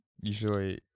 usually